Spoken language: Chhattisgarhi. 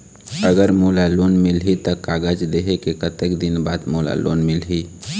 अगर मोला लोन मिलही त कागज देहे के कतेक दिन बाद मोला लोन मिलही?